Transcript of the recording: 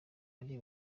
ari